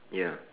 ya